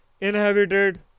inhabited